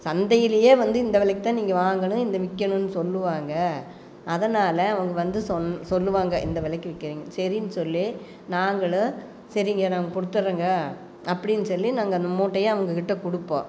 சந்தையிலேயே வந்து இந்த வெலைக்கு தான் நீங்கள் வாங்கணும் இதை விக்கணும்னு சொல்வாங்க அதனால் அவங்க வந்து சொல் சொல்வாங்க இந்த வெலைக்கு விக்கிறிங்க சரின்னு சொல்லி நாங்களும் சரிங்க நாங்கள் கொடுத்துட்றோங்க அப்படின்னு சொல்லி நாங்கள் அந்த மூட்டையை அவங்கக்கிட்ட கொடுப்போம்